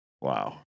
Wow